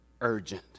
urgent